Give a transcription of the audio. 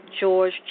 George